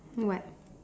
what